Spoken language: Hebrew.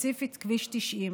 וספציפית כביש 90,